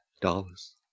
dollars